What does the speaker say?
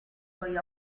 suoi